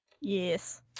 Yes